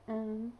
ah